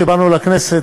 כשבאנו לכנסת,